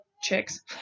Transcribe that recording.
chicks